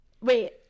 Wait